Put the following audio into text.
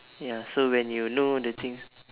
ya so when you know the things